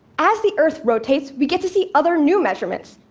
as the earth rotates, we get to see other new measurements.